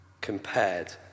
compared